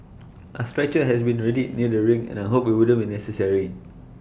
A stretcher has been readied near the ring and I hoped IT wouldn't be necessary